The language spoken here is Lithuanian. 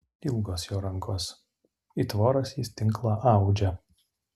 ilgos jo rankos it voras jis tinklą audžia